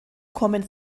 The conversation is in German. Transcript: kommen